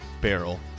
Barrel